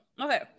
Okay